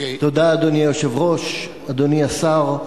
אדוני היושב-ראש, תודה, אדוני השר,